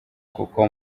kuko